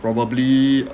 probably